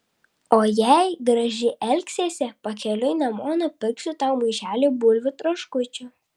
o jei gražiai elgsiesi pakeliui namo nupirksiu tau maišelį bulvių traškučių